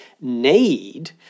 need